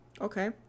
Okay